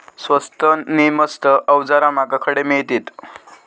स्वस्त नी मस्त अवजारा माका खडे मिळतीत?